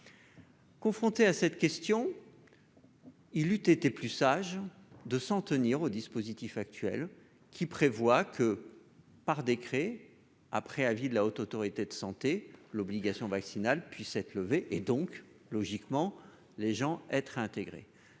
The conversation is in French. Confronté à cette question. Il eut été plus sage de s'en tenir au dispositif actuel qui prévoit que par décret après avis de la Haute autorité de santé l'obligation vaccinale puisse être levées et donc logiquement les gens être intégré